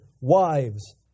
wives